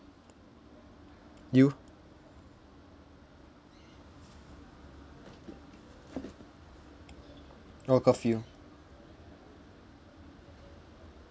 you oh curfew